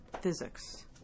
physics